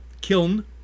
kiln